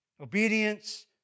obedience